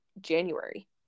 January